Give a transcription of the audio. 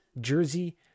jersey